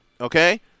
okay